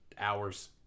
hours